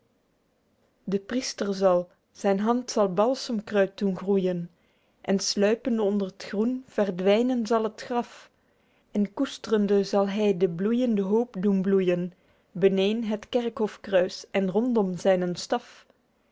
de priester zal zyn hand zal balsemkruid doen groeijen en sluipende onder t groen verdwynen zal het graf en koestrende zal hy de bloeijend hoop doen bloeijen beneên het kerkhofkruis en rondom zynen staf